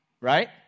Right